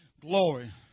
Glory